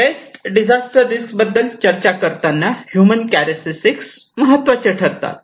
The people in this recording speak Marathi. बेस्ट डिझास्टर रिस्क बद्दल चर्चा करताना ह्युमन चारक्टरिस्टीस महत्त्वाचे ठरतात